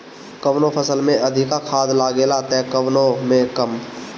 कवनो फसल में अधिका खाद लागेला त कवनो में कम